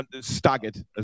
staggered